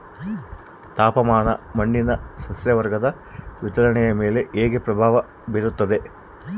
ತಾಪಮಾನ ಮಣ್ಣಿನ ಸಸ್ಯವರ್ಗದ ವಿತರಣೆಯ ಮೇಲೆ ಹೇಗೆ ಪ್ರಭಾವ ಬೇರುತ್ತದೆ?